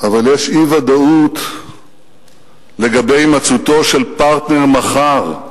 אבל יש אי-ודאות לגבי הימצאותו של פרטנר מחר.